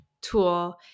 tool